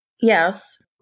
Yes